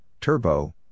Turbo